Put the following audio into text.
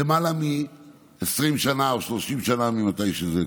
למעלה מ-20 שנה או 30 שנה מאז שזה קרה.